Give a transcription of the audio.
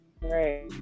Right